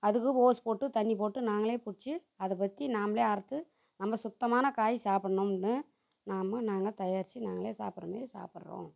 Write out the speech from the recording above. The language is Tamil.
அதுக்கு ஓஸ் போட்டு தண்ணி போட்டு நாங்களே புடிச்சு அதைபத்தி நாமளே அறுத்து நம்ப சுத்தமாக காய் சாப்பிட்ணும்னு நாம் நாங்கள் தயாரிச்சு நாங்களே சாப்பிட்றமேரி சாப்பிட்றோம்